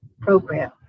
program